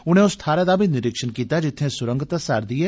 उनें उस थाहरै दा बी निरीक्षण कीता जित्थें सुरंग धस्सा'रदी ऐ